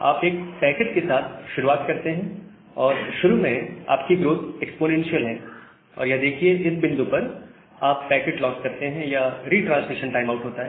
आप एक पैकेट के साथ शुरुआत करते हैं और शुरू में आपकी ग्रोथ एक्स्पोनेंशियल है और यह देखिए इस बिंदु पर आप पैकेट लॉस करते हैं या रीट्रांसमिशन टाइम आउट होता है